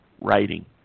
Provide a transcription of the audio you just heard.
writing